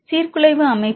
சீர்குலைவு அமைப்பு